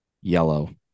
yellow